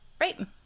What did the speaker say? right